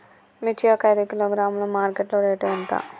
మిర్చి ఒక ఐదు కిలోగ్రాముల మార్కెట్ లో రేటు ఎంత?